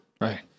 Right